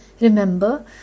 Remember